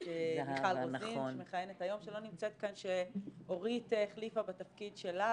את מיכל רוזין שלא נמצאת כאן שאורית החליפה בתפקיד שלה